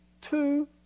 two